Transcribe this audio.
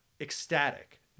ecstatic